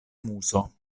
muso